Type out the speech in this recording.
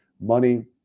money